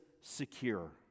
secure